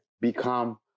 become